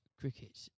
cricket